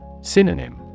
Synonym